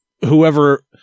whoever